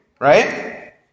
right